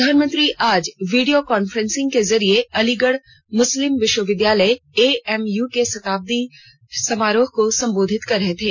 प्रधानमंत्री आज video conferencing के जरिए अलीगढ़ मुस्लिम विश्वविद्यालय एएमयू के शताब्दी समारोह को संबोधित कर रहे थे